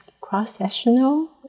cross-sectional